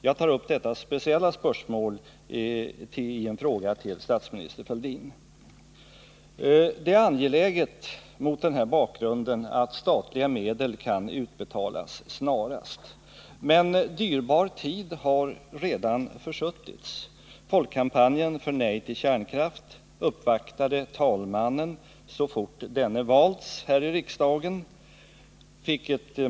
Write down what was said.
Jag tar upp detta speciella spörsmål i en fråga till statsminister Fälldin. Det är mot denna bakgrund angeläget att statliga medel kan utbetalas snarast. Men dyrbar tid har redan försuttits. Folkkampanjen Nej till kärnkraft uppvaktade talmannen så fort denne valts här i riksdagen.